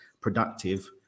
productive